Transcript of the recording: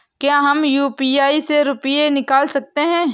क्या हम यू.पी.आई से रुपये निकाल सकते हैं?